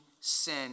sin